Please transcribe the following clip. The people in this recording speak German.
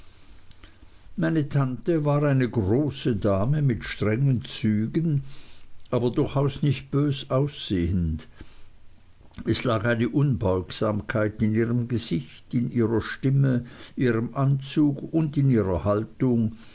meine tante war eine große dame mit strengen zügen aber durchaus nicht bös aussehend es lag eine unbeugsamkeit in ihrem gesicht in ihrer stimme ihrem anzug und in ihrer haltung